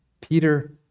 Peter